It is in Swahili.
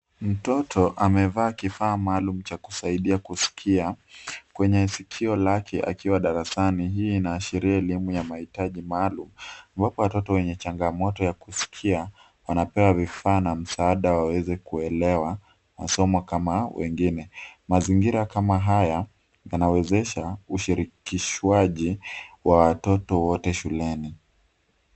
Mtoto amevaa kifaa maalumu cha kusaidia kusikia kwenye sikio lake akiwa darasani. Hii inaashiria elimu ya mahitaji maalum. Wapo watoto wenye changamoto ya kusikia wanapewa vifaa na msaada waweze kuelewa masomo kama wengine. Mazingira kama haya yanawezesha ushirikishwaji wa watoto wote shuleni.